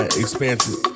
expansive